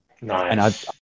Nice